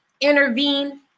intervene